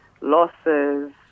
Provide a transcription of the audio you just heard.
losses